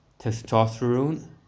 testosterone